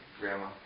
Grandma